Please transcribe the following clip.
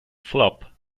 flop